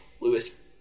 Lewis